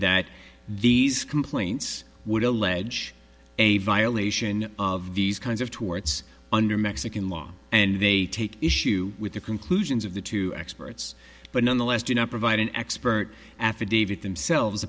that these complaints would allege a violation of these kinds of torts under mexican law and they take issue with the conclusions of the two experts but nonetheless did not provide an expert affidavit themselves